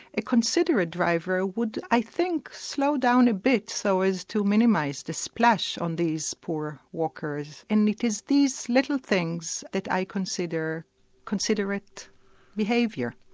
considerate driver would i think slow down a bit so as to minimise the splash on these poor walkers, and it is these little things that i consider considerate behaviour.